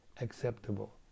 acceptable